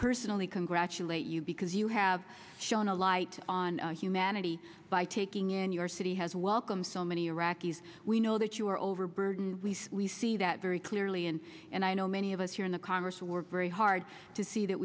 personally congratulate you because you have shown a light on humanity by taking in your city has welcomed so many iraqis we know that you are overburdened least we see that very clearly and and i know many of us here the congress work very hard to see that